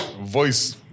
voice